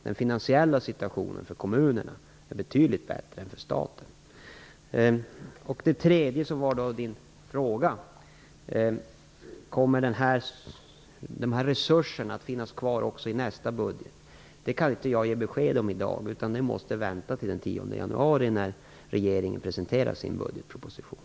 Den finansiella situationen för kommunerna är betydligt bättre än för staten. Det tredje jag vill säga rör Lars Stjernkvists fråga: Kommer dessa resurser att finnas kvar också i nästa budget? Det kan jag inte ge besked om i dag, utan det måste vänta till den 10 januari när regeringen presenterar sin budgetproposition.